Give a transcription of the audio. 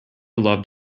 loved